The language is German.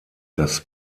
das